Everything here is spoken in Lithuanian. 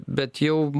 bet jau